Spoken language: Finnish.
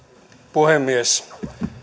puhemies